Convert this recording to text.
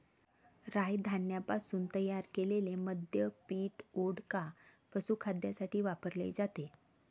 राय धान्यापासून तयार केलेले मद्य पीठ, वोडका, पशुखाद्यासाठी वापरले जाते